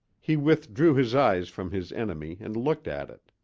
he withdrew his eyes from his enemy and looked at it.